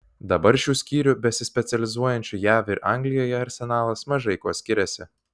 dabar šių skyrių besispecializuojančių jav ir anglijoje arsenalas mažai kuo skiriasi